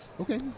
Okay